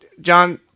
John